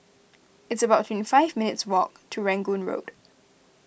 it's about twenty five minutes' walk to Rangoon Road